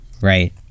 right